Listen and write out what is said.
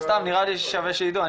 סתם, נראה לי שווה שיידעו.